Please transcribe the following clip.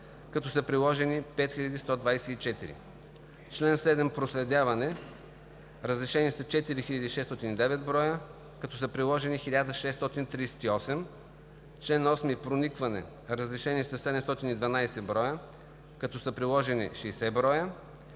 като са приложени 5124; - чл. 7 – проследяване: разрешени са 4609 броя, като са приложени 1638; - чл. 8 – проникване: разрешени са 712 броя, като са приложени 60 броя;